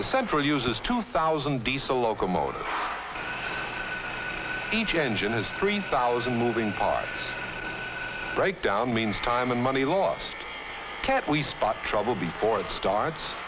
the center uses two thousand diesel locomotive each engine has three thousand moving parts break down means time and money lost cat we spot trouble before it starts